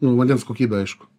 nu vandens kokybė aišku